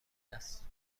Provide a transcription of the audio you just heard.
است